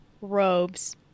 Robes